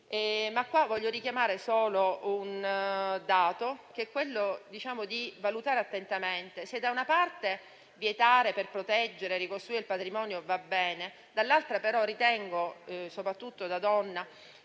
ma voglio richiamare solo un dato che vorrei fosse valutato attentamente: se, da una parte, vietare per proteggere e ricostruire il patrimonio va bene, dall'altra però ritengo, soprattutto da donna